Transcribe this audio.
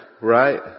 Right